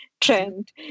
trend